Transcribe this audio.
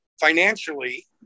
financially